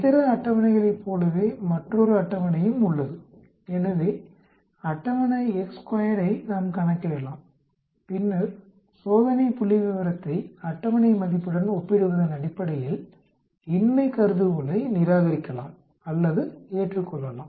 இதர அட்டவணைகளைப் போலவே மற்றொரு அட்டவணையும் உள்ளது எனவே அட்டவணை யை நாம் கணக்கிடலாம் பின்னர் சோதனை புள்ளிவிவரத்தை அட்டவணை மதிப்புடன் ஒப்பிடுவதன் அடிப்படையில் இன்மை கருதுகோளை நிராகரிக்கலாம் அல்லது ஏற்றுக்கொள்ளலாம்